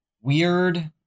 Weird